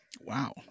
Wow